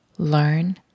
learn